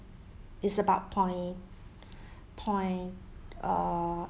it's about point point uh